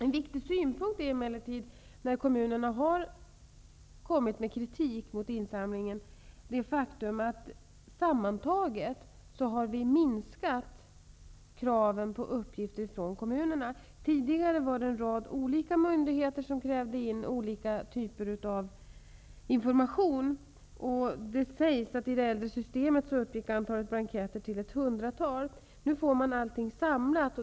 En viktig synpunkt när kommunerna har kommit med kritik mot insamlingen har emellertid varit att vi har minskat kravet på uppgifter från kommunerna. Tidigare var det en rad olika myndigheter som krävde in olika typer av information. Det sägs att antalet blanketter i det äldre systemet uppgick till ett hundratal. Nu får man allting samlat.